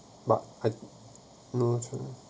but but no